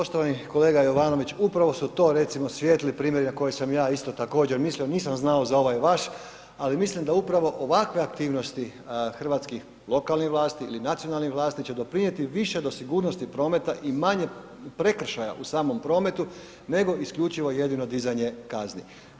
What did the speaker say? Poštovani kolega Jovanović, upravo su to recimo svijetli primjeri na koje sam ja isto također mislio, nisam znao za ovaj vaš ali mislim da upravo ovakve aktivnosti hrvatskih lokalnih vlasti ili nacionalnih vlasti će doprinijeti više do sigurnosti prometa i manje prekršaja u samom prometu nego isključivo i jedino dizanje kazni.